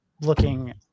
looking